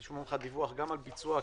נשמח לשמוע ממך דיווח גם על ביצוע הקרן,